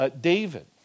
David